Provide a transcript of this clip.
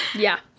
yeah,